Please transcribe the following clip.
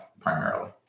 primarily